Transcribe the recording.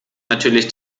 natürlich